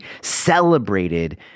celebrated